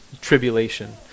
tribulation